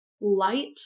light